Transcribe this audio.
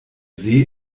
see